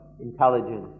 intelligence